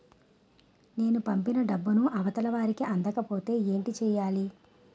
నేను పంపిన డబ్బులు అవతల వారికి అందకపోతే ఏంటి చెయ్యాలి?